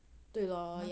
对呀